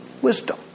wisdom